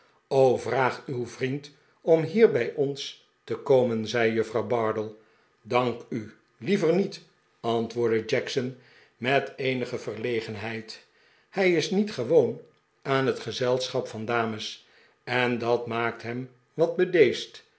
vraag uw vriend om hier bij ons te komen zei juffrouw bardell dank u liever niet antwoordde jackson met eenige verlegenheid hij is niet gewoon aan het gezelschap van dames en dat maakt hem wat